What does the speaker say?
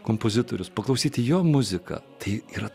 kompozitorius paklausyti jo muzika tai yra